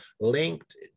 linked